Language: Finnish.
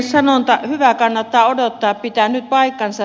sanonta hyvää kannattaa odottaa pitää nyt paikkansa